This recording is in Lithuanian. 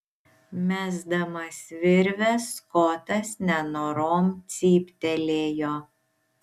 mesdamas virvę skotas nenorom cyptelėjo